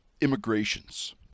immigrations